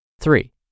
Three